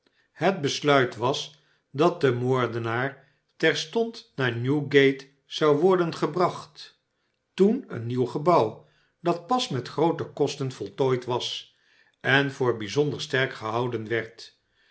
het besluit was dat de moordenaar terstond naar newgate zott worden gebracht toen een nieuw gebouw dat pas met groote kostert voltooid was en voor bijzonder sterk gehouden werd